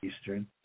Eastern